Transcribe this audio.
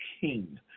king